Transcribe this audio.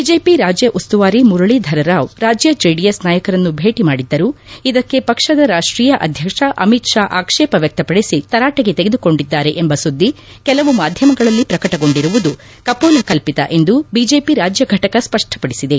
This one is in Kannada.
ಬಿಜೆಪಿ ರಾಜ್ಯ ಉಸ್ತುವಾರಿ ಮುರಳೀಧರ ರಾವ್ ರಾಜ್ಯ ಜೆಡಿಎಸ್ ನಾಯಕರನ್ನು ಭೇಟ ಮಾಡಿದ್ದರು ಇದಕ್ಕೆ ಪಕ್ಷದ ರಾಷ್ಟೀಯ ಅಧ್ಯಕ್ಷ ಅಮಿತ್ ಷಾ ಆಕ್ಷೇಪ ವ್ಯಕ್ತಪಡಿಸಿ ತರಾಟೆಗೆ ತೆಗೆದುಕೊಂಡಿದ್ದಾರೆ ಎಂಬ ಸುದ್ದಿ ಕೆಲವು ಮಾಧ್ಯಮಗಳಲ್ಲಿ ಪ್ರಕಟಗೊಂಡಿರುವುದು ಕಪೋಲಕಲ್ಪಿತ ಎಂದು ಬಿಜೆಪಿ ರಾಜ್ಯ ಘಟಕ ಸ್ಪಷ್ಟ ಪಡಿಬಿದೆ